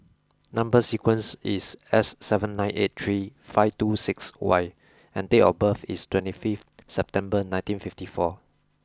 number sequence is S seven nine eight three five two six Y and date of birth is twenty five September nineteen fifty four